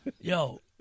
Yo